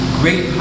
great